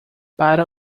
para